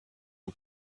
who